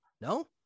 No